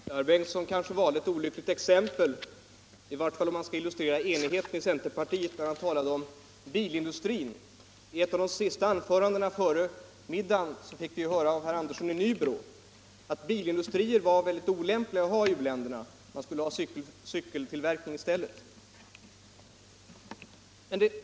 Herr talman! Herr Torsten Bengtson kanske valde ett olyckligt exempel - i vart fall om det skulle illustrera enigheten i centerpartiet — när han talade om bilindustri. I ett av de sista anförandena före middagen fick vi ju höra av herr Andersson i Nybro att bilindustrier var väldigt olämpliga i u-länderna; de borde ha cykeltillverkning i stället.